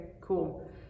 cool